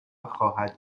خواهد